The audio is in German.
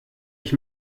ich